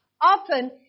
often